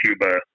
Cuba